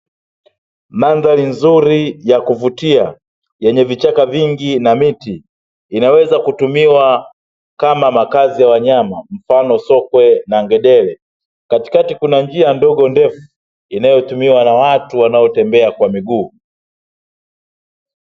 Mandhari nzuri ya kuvutia yenye vichaka vingi na miti. Inaweza kutumiwa kama makazi ya wanyama mfano sokwe na ngedere. Katikati kuna njia ndogo ndefu inayotumiwa na watu wanaotembea kwa miguu.